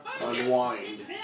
unwind